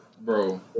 bro